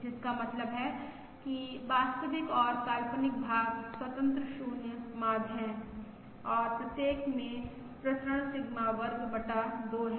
जिसका मतलब है कि वास्तविक और काल्पनिक भाग स्वतंत्र 0 माध्य है और प्रत्येक में प्रसरण सिग्मा वर्ग बटा 2 है